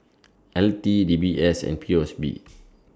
L T D B S and P O S B